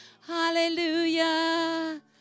Hallelujah